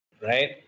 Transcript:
right